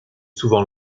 souvent